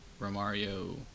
Romario